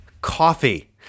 Coffee